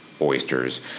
oysters